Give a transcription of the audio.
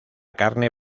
carne